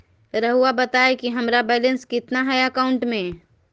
रहुआ बताएं कि हमारा बैलेंस कितना है अकाउंट में?